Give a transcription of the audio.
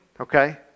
Okay